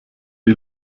die